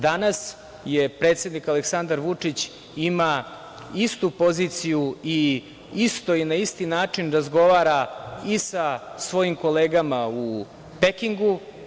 Danas predsednik Aleksandar Vučić ima istu poziciju i na isti način razgovara i sa svojim kolegama u Pekingu.